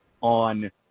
on